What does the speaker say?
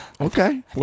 Okay